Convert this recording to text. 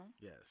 yes